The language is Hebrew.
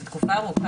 זאת תקופה ארוכה.